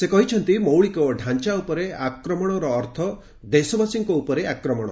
ସେ କହିଛନ୍ତି ଏହି ମୌଳିକଡାଞ୍ଚା ଉପରେ ଆକ୍ରମଣର ଅର୍ଥ ଦେଶବାସୀଙ୍କ ଉପରେ ଆକ୍ରମଣ